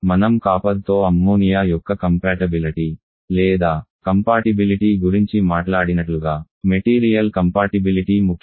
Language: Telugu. మనం కాపర్ తో అమ్మోనియా యొక్క అనుకూలత లేదా కంపాటిబిలిటీ గురించి మాట్లాడినట్లుగా మెటీరియల్ కంపాటిబిలిటీ ముఖ్యం